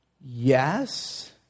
Yes